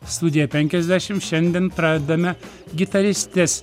studiją penkiasdešimt šiandien pradedame gitaristės